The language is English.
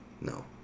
No